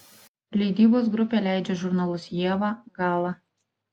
leidybos grupė leidžia žurnalus ieva gala